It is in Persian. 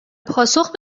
پاسخ